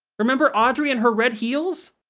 remember audrey and her red heels?